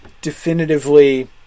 definitively